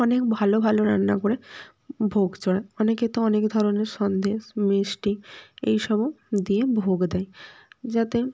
অনেক ভালো ভালো রান্না করে ভোগ চড়ে অনেকে তো অনেক ধরনের সন্দেশ মিষ্টি এই সব দিয়ে ভোগ দেয় যাতে